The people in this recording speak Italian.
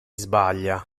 sbaglia